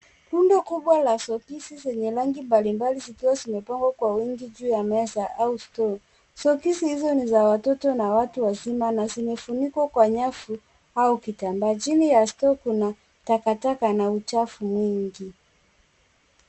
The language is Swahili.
Rundo kubwa la soksi zenye rangi mbalimbali zikiwa zimepangwa kwa wingi juu ya meza au store . Soksi hizo ni watoto na watu wazima na zimefunikwa kwa nyavu au kitambaa. Chini ya store kuna takataka na uchafu mwingi.